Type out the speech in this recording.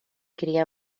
criar